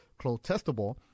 clotestable